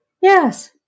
Yes